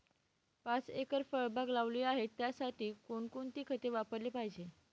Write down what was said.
पाच एकर फळबाग लावली आहे, त्यासाठी कोणकोणती खते वापरली पाहिजे?